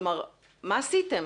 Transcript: כלומר, מה עשיתם?